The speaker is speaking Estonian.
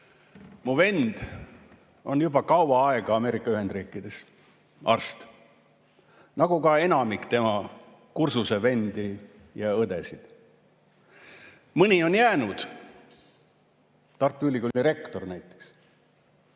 Mu vend on juba kaua aega Ameerika Ühendriikides arst, nagu ka enamik tema kursusevendi ja ‑õdesid. Mõni on jäänud, Tartu Ülikooli rektor näiteks,